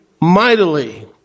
mightily